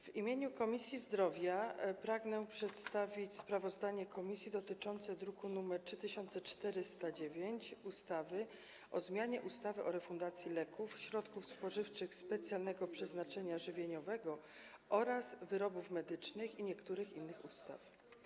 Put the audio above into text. W imieniu Komisji Zdrowia pragnę przedstawić sprawozdanie komisji dotyczące druku nr 3409, ustawy o zmianie ustawy o refundacji leków, środków spożywczych specjalnego przeznaczenia żywieniowego oraz wyrobów medycznych oraz niektórych innych ustaw.